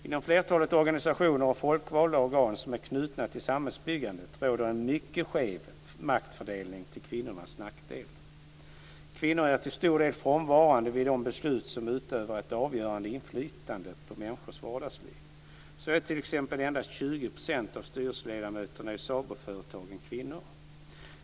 Inom flertalet organisationer och folkvalda organ som är knutna till samhällsbyggandet råder en mycket skev maktfördelning till kvinnornas nackdel. Kvinnor är till stor del frånvarande vid de beslut som utövar ett avgörande inflytande på människors vardagsliv. Så är t.ex. endast 20 % av styrelseledamöterna i SA BO-företagen kvinnor.